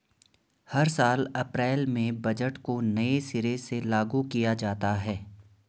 हर साल अप्रैल में बजट को नये सिरे से लागू किया जाता है